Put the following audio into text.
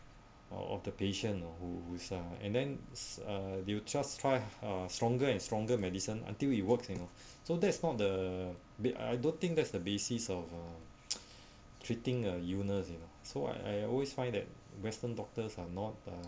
of of the patient uh who's uh and then uh they're just try uh stronger and stronger medicine until it works you know so that's not the big I don't think that's the basis of uh treating a illness you know so I I always find that western doctors are not uh